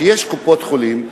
שיש קופות-חולים,